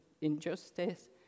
injustice